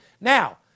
Now